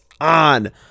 on